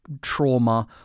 trauma